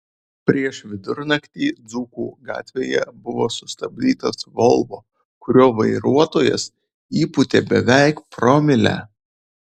prieš vidurnaktį dzūkų gatvėje buvo sustabdytas volvo kurio vairuotojas įpūtė beveik promilę